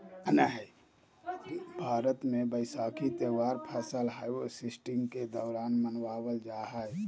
भारत मे वैसाखी त्यौहार फसल हार्वेस्टिंग के दौरान मनावल जा हय